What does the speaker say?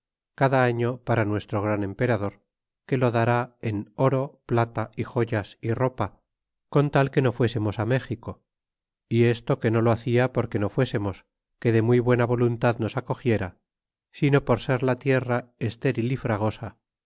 cada dilo para nuestro gran emperador que lo dará en oro plata y joyas y ropa con tal que no fuésemos méxico y esto que no lo hacia porque no fuésemos que de muy buena voluntad nos acogiera sino por ser la tierra estéril y fragosa